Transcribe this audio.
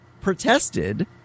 protested